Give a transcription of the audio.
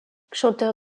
chanteur